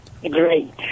Great